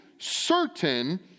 certain